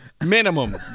Minimum